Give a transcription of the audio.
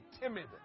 timid